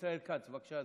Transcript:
ישראל כץ, בבקשה,